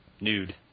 Nude